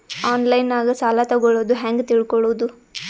ಆನ್ಲೈನಾಗ ಸಾಲ ತಗೊಳ್ಳೋದು ಹ್ಯಾಂಗ್ ತಿಳಕೊಳ್ಳುವುದು?